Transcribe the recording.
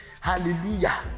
Hallelujah